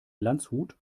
landshut